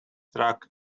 track